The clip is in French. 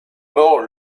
mort